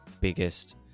biggest